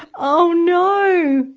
oh, no!